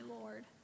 Lord